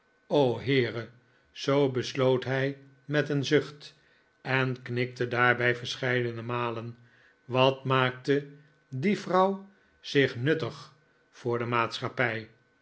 o heere zoo besloot hij met een zucht en knikte daarbij verscheidene malen wat maakt die vrouw zich nuttig voor de maatschappij